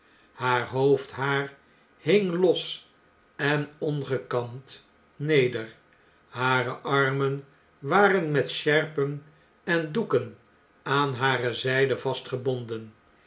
haar hoofdhaar hing los en ongekamd neder hare armen waren met sjerpen en doeken aan hare zijde